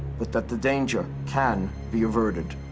but that the danger can be averted.